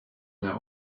der